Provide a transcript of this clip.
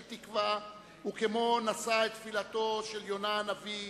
תקווה וכמו נשא את תפילתו של יונה הנביא: